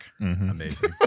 Amazing